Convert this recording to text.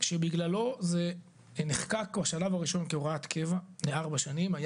שבגללו זה נחקק בשלב הראשון כהוראת שעה לארבע שנים היה